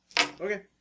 okay